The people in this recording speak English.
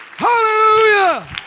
Hallelujah